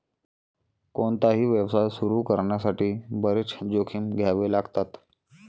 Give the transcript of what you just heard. कोणताही व्यवसाय सुरू करण्यासाठी बरेच जोखीम घ्यावे लागतात